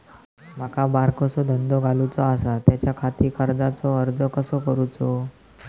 माका बारकोसो धंदो घालुचो आसा त्याच्याखाती कर्जाचो अर्ज कसो करूचो?